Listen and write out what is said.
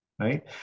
right